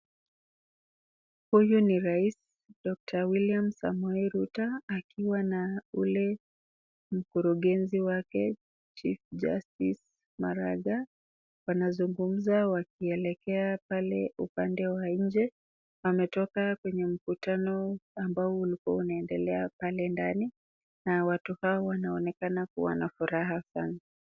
Huyu ni rais, dokta William Samoei Ruto, akiwa na ule mkurugenzi wake (cs) chief justice(cs)Maraga, wanazungumza wakielekea upande wa nje, kutoka kwenye mkutano ambao ulikua unaendelea pale ndani, na watu hawa wanaonekana kuwa na furaha kali.